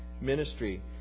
ministry